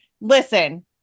listen